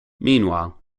meanwhile